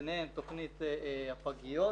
בין זה תכנית הפגיות,